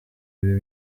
ibi